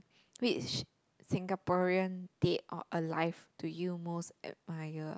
which Singaporean dead or alive do you most admire